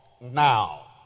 now